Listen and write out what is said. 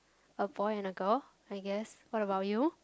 a boy and a girl I guess what about you